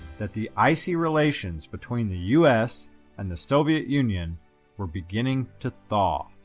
that the icy relations between the us and the soviet union were beginning to thaw.